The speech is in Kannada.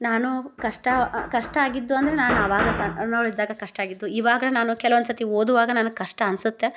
ನಾನು ಕಷ್ಟ ಕಷ್ಟ ಆಗಿದ್ದು ಅಂದರೆ ನಾನು ಅವಾಗ ಸಣ್ಣವಳಿದ್ದಾಗ ಕಷ್ಟ ಆಗಿತ್ತು ಇವಾಗ ನಾನು ಕೆಲವೊಂದ್ಸರ್ತಿ ಓದುವಾಗ ನನಗೆ ಕಷ್ಟ ಅನ್ಸುತ್ತೆ